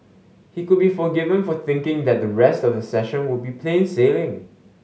he could be forgiven for thinking that the rest of the session would be plain sailing